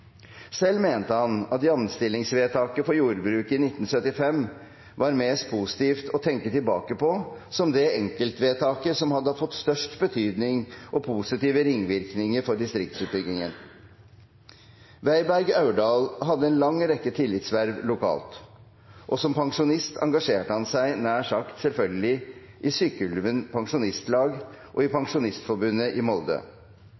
Selv mente han at jamstillingsvedtaket for jordbruket i 1975 var det mest positive å tenke tilbake på som det enkeltvedtaket som hadde fått størst betydning og positive ringvirkninger for distriktsutbyggingen. Weiberg-Aurdal hadde en lang rekke tillitsverv lokalt, og som pensjonist engasjerte han seg – nær sagt selvfølgelig – i Sykkylven Pensjonistlag og i Pensjonistforbundet i Molde.